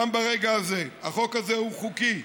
גם ברגע הזה: החוק הזה הוא חוקי.